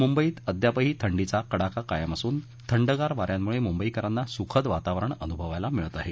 मुंबईत अद्यापही थंडीचा कडाका कायम असून थंडगार वा यांमुळे मुंबईकरांना सुखद वातावरण अनभवायला मिळत आहे